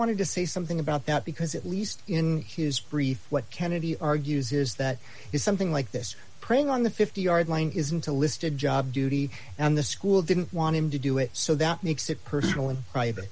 wanted to say something about that because it least in his brief what kennedy argues is that is something like this praying on the fifty yard line isn't a listed job duty and the school didn't want him to do it so that makes it personal and private